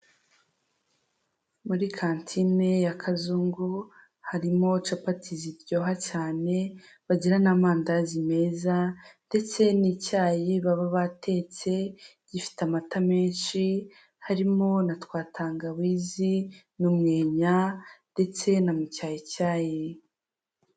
Muri kantine ya Kazungu harimo capati ziryoha cyane, bagira n'amandazi meza ndetse n'icyayi baba batetse gifite amata menshi, harimo na twa tangawizi n'u umwenya ndetse na mucyayicyayi.